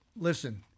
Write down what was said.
Listen